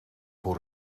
voor